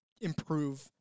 improve